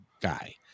guy